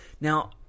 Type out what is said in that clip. Now